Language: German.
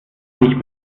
nicht